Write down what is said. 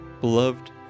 Beloved